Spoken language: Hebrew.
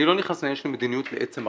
אני לא נכנס לעניין של מדיניות לעצם החוק,